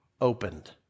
opened